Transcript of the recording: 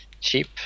cheap